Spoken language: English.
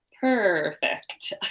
perfect